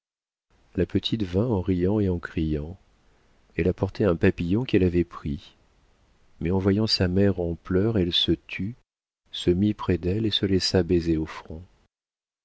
la petite vint en riant et en criant elle apportait un papillon qu'elle avait pris mais en voyant sa mère en pleurs elle se tut se mit près d'elle et se laissa baiser au front